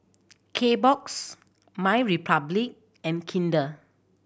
Kbox MyRepublic and Kinder